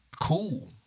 Cool